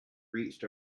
reached